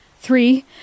three